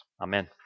Amen